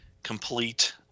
complete